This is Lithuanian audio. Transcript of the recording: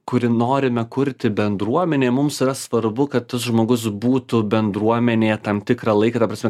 kurį norime kurti bendruomenė mums yra svarbu kad tas žmogus būtų bendruomenėje tam tikrą laiką ta prasme